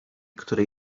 które